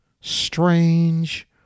strange